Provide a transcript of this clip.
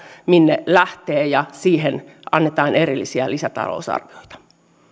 minne lähteä ja siihen annetaan erillisiä lisätalousarvioita